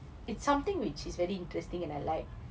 it's something which is very interesting and I like